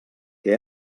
què